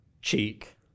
cheek